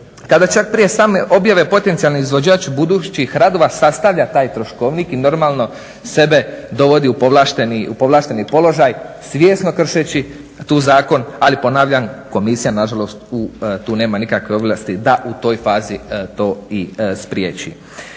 kada čak prije svake objave potencijalni izvođač budućih radova sastavlja taj troškovni i normalno sebe dovodi u povlašteni položaj svjesno kršeći taj Zakon. Ali, ponavljam, Komisija na žalost tu nema nikakvih ovlasti da u toj fazi to i spriječi.